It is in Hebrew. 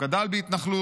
הוא גדל בהתנחלות.